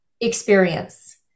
experience